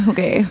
Okay